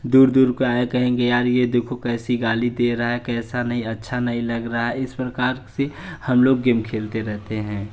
दूर दूर को आया कहेंगे यार यह देखो कैसी गाली दे रहा है कैसा नहीं अच्छा नहीं लग रहा इस प्रकार से हम लोग गेम खेलते रहते हैं